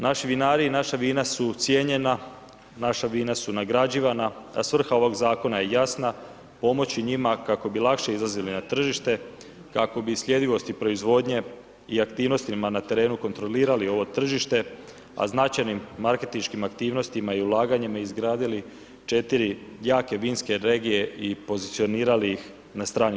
Naši vinari i naša vina su cijenjena, naša vina su nagrađivana, a svrha ovog zakona je jasna, pomoći njima kako bi lakše izlazili na tržište, kako bi sljedivosti proizvodnje i aktivnostima na terenu kontrolirali ovo tržište, a značajnim marketinškim aktivnostima i ulaganjima izgradili 4 jake vinske regije i pozicionirali ih na stranim